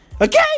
Okay